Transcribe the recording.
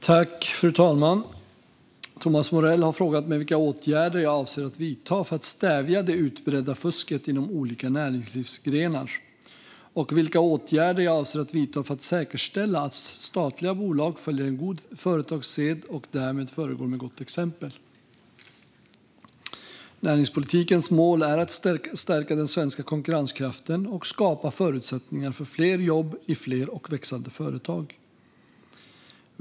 Fru talman! Thomas Morell har frågat mig vilka åtgärder jag avser att vidta för att stävja det utbredda fusket inom olika näringslivsgrenar och vilka åtgärder jag avser att vidta för att säkerställa att statliga bolag följer en god företagssed och därmed föregår med gott exempel. Näringspolitikens mål är att stärka den svenska konkurrenskraften och skapa förutsättningar för fler jobb i fler och växande företag.